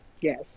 Yes